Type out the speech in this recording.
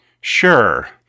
Sure